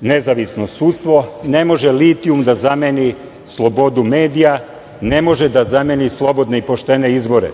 nezavisno sudstvo, ne može litijum da zameni slobodu medija, ne može da zameni slobodne i poštene izbore.